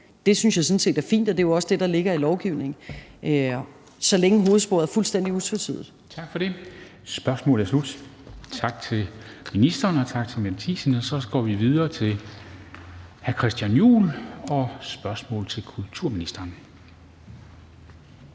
jeg sådan set er fint, og det er jo også det, der ligger i lovgivningen, så længe hovedsproget er fuldstændig utvetydigt. Kl. 13:40 Formanden (Henrik Dam Kristensen): Tak for det. Spørgsmålet er slut. Tak til ministeren og tak til Mette Thiesen. Så går vi videre til hr. Christian Juhl med et spørgsmål til kulturministeren.